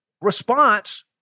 response